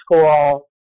school